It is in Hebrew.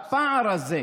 הפער הזה?